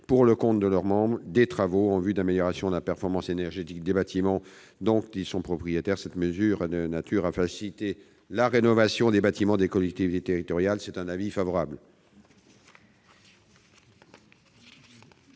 pour le compte de leurs membres, des travaux en vue de l'amélioration de la performance énergétique des bâtiments dont ils sont propriétaires. Cette mesure étant de nature à faciliter la rénovation des bâtiments des collectivités territoriales, la commission y est favorable.